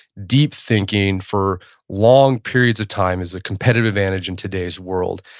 deep thinking for long periods of time is a competitive advantage in today's world.